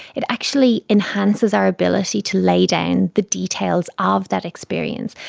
it actually enhances our ability to lay down the details of that experience.